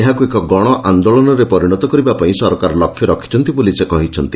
ଏହାକୁ ଏକ ଗଣ ଆନ୍ଦୋଳନରେ ପରିଶତ କରିବାପାଇଁ ସରକାର ଲକ୍ଷ୍ୟ ରଖିଛନ୍ତି ବୋଲି ସେ କହିଛନ୍ତି